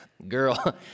girl